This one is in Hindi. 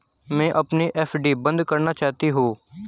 मैं अपनी एफ.डी बंद करना चाहती हूँ